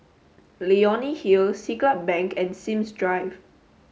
Leonie Hill Siglap Bank and Sims Drive